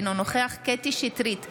אינו נוכח קטי קטרין שטרית,